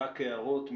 רק הערות,